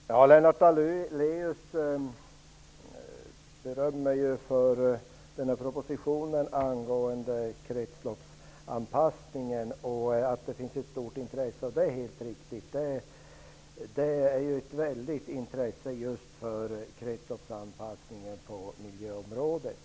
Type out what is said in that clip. Fru talman! Lennart Daléus berörde propositionen angående kretsloppsanpassningen och sade att det finns ett stort intresse för den. Det är helt riktigt; det finns ett väldigt intresse just för kretsloppsanpassningen på miljöområdet.